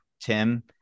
tim